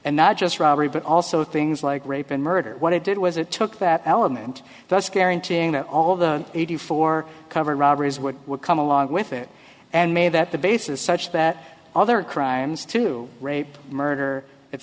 and not just robbery but also things like rape and murder what it did was it took that element that's guaranteeing that all the eighty four cover robbery is what would come along with it and made that the basis such that other crimes to rape murder